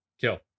kill